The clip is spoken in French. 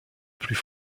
plus